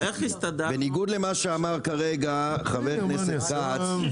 בניגוד למה שאמר כרגע חבר הכנסת כץ,